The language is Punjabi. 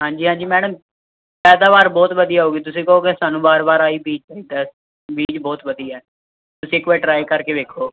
ਹਾਂਜੀ ਹਾਂਜੀ ਮੈਡਮ ਪੈਦਾਵਾਰ ਬਹੁਤ ਵਧੀਆ ਹੋਊਗੀ ਤੁਸੀਂ ਕਹੋਗੇ ਸਾਨੂੰ ਵਾਰ ਵਾਰ ਇਹੀ ਬੀਜ ਚਾਹੀਦਾ ਬੀਜ ਬਹੁਤ ਵਧੀਆ ਤੁਸੀਂ ਇੱਕ ਵਾਰ ਟਰਾਈ ਕਰਕੇ ਦੇਖੋ